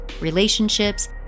relationships